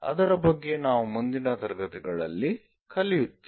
ಅದರ ಬಗ್ಗೆ ನಾವು ಮುಂದಿನ ತರಗತಿಗಳಲ್ಲಿ ಕಲಿಯುತ್ತೇವೆ